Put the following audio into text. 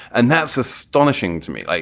and that's astonishing to me. like